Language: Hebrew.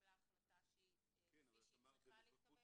התקבלה החלטה כפי שהיא צריכה להתקבל.